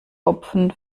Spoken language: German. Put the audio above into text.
hopfen